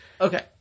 Okay